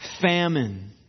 famine